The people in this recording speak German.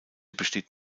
besteht